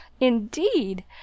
indeed